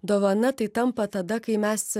dovana tai tampa tada kai mes